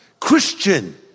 Christian